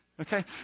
Okay